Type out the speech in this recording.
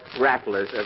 rattlers